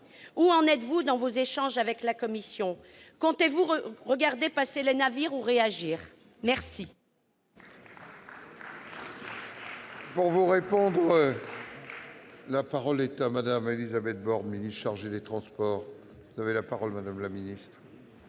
Où en êtes-vous dans vos échanges avec la Commission ? Comptez-vous regarder passer les navires ou réagir ? La